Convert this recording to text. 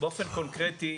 באופן קונקרטי,